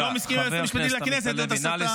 אם לא מסכימים עם הייעוץ המשפטי לכנסת, זאת הסתה.